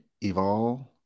evolve